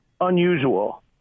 unusual